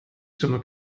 sono